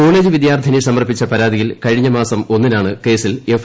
college വിദ്യാർത്ഥിനി സമർപ്പിച്ച പരാതിയിൽ കഴിഞ്ഞ മാസം ഒന്നിനാണ് കേസിൽ എഫ്